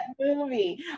movie